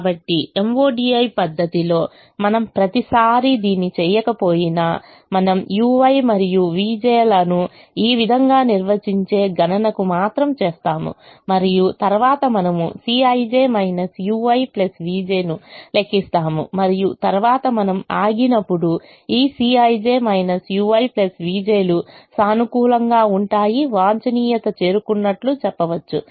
కాబట్టి MODI పద్ధతి లో మనం ప్రతిసారీ దీన్ని చేయకపోయినా మనము ui మరియు vj లను ఈ విధంగా నిర్వచించే గణనకు మాత్రం చేస్తాము మరియు తరువాత మనము Cij ui vj ను లెక్కిస్తాము మరియు తరువాత మనము ఆగినప్పుడు ఈ Cij ui vj లు సానుకూలంగా ఉంటాయి వాంఛనీయత చేరుకున్నట్లు చెప్పవచ్చు